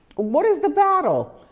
what is the battle?